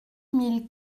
mille